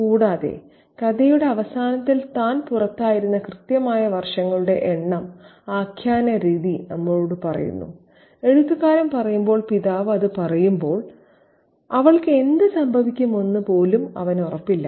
കൂടാതെ കഥയുടെ അവസാനത്തിൽ താൻ പുറത്തായിരുന്ന കൃത്യമായ വർഷങ്ങളുടെ എണ്ണം ആഖ്യാനരീതി നമ്മോട് പറയുന്നു എഴുത്തുകാരൻ പറയുമ്പോൾ പിതാവ് അത് പറയുമ്പോൾ അവൾക്ക് എന്ത് സംഭവിക്കുമെന്ന് അവനു പോലും ഉറപ്പില്ലായിരുന്നു